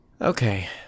Okay